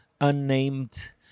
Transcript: unnamed